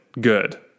good